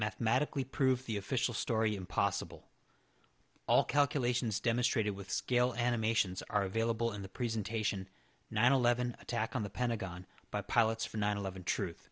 mathematically proved the official story impossible all calculations demonstrated with scale animations are available in the presentation nine eleven attack on the pentagon by pilots for nine eleven truth